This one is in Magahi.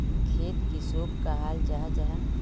खेत किसोक कहाल जाहा जाहा?